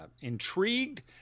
intrigued